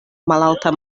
malalta